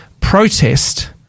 protest